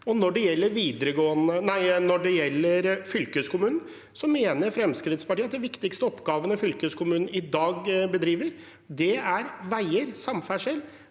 Når det gjelder fylkeskommunen, mener Fremskrittspartiet at de viktigste oppgavene fylkeskommunen i dag bedriver, er veier og samferdsel,